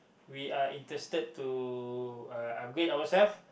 we are interested to uh upgrade ourselves